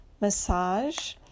massage